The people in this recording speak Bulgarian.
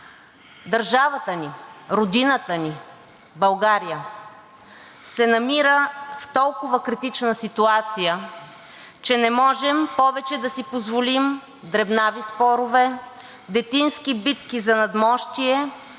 Държавата ни, родината ни България, се намира в толкова критична ситуация, че не можем повече да си позволим дребнави спорове, детински битки за надмощие,